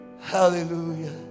Hallelujah